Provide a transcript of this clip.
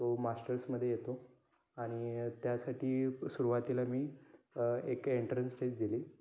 तो मास्टर्समध्ये येतो आणि त्यासाठी सुरुवातीला मी अ एक एन्ट्रन्स टेस्ट दिली